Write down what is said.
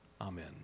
Amen